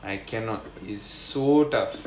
I cannot is so tough